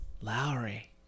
Lowry